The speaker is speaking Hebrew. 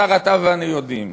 השר, אתה ואני יודעים